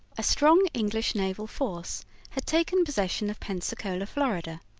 a strong english naval force had taken possession of pensacola, florida,